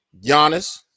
Giannis